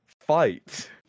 fight